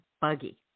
buggy